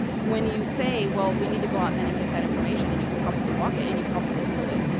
when you say, well, we need to go out then and get that information and you could probably walk it and you probably could,